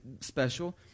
special